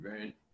right